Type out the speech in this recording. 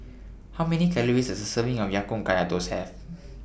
How Many Calories Does A Serving of Ya Kun Kaya Toast Have